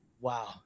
Wow